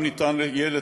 אפשר יהיה לתגמל,